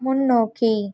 முன்னோக்கி